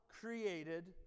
created